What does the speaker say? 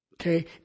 Okay